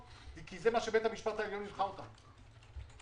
חזרנו לבית המשפט העליון שמינה מגשר,